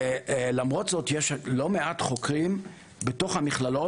למרות זאת יש לא מעט חוקרים בתוך המכללות